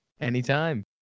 anytime